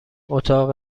اتاق